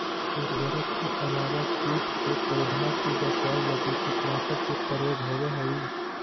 उर्वरक के अलावा कीट से पौधा के बचाव लगी कीटनाशक के प्रयोग होवऽ हई